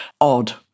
odd